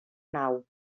nau